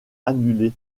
annulé